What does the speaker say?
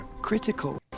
critical